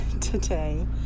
today